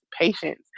patience